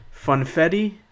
funfetti